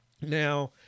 Now